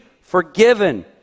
forgiven